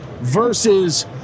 versus